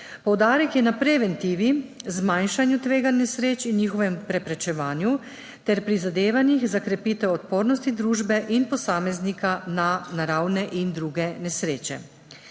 Poudarek je na preventivi, zmanjšanju tveganj nesreč in njihovem preprečevanju ter prizadevanjih za krepitev odpornosti družbe in posameznika na naravne in druge nesreče.